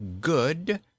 good